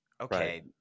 Okay